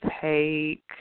take